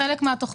זה חלק מהתוכנית.